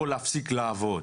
או להפסיק לעבוד.